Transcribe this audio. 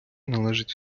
належить